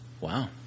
Wow